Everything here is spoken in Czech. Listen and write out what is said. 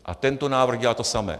A tento návrh dělá to samé.